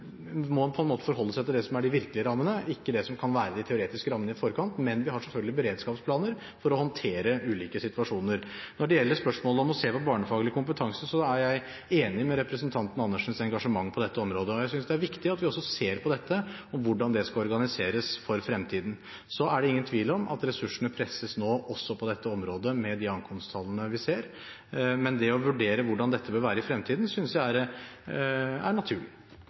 som kan være de teoretiske rammene i forkant. Men vi har selvfølgelig beredskapsplaner for å håndtere ulike situasjoner. Når det gjelder spørsmålet om å se på barnefaglig kompetanse, er jeg enig med representanten Andersen i engasjementet på dette området, og jeg synes det er viktig at vi også ser på dette, på hvordan det skal organiseres for fremtiden. Så er det ingen tvil om at ressursene, med de ankomsttallene vi nå ser, presses også på dette området, men det å vurdere hvordan dette bør være i fremtiden, synes jeg er naturlig. Det ikke å skjønne at det ville komme svært mange flere asylsøkere til Norge på et eller annet tidspunkt i løpet av sommeren og høsten, er